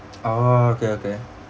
orh okay okay